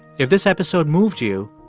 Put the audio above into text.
if this episode moved you,